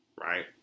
Right